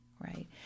Right